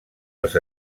els